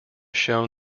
shown